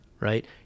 right